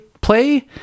play